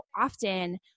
often